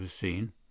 seen